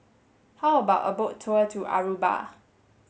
how about a boat tour to Aruba